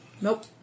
Nope